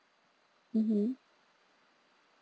mmhmm